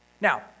Now